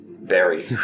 Barry